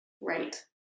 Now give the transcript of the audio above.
right